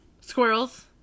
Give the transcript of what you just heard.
Squirrels